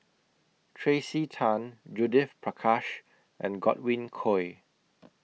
Tracey Tan Judith Prakash and Godwin Koay